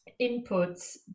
inputs